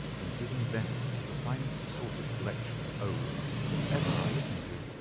and giving vent to the finest assorted collection of oaths that ever i listened to.